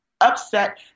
upset